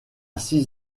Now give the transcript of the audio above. six